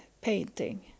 painting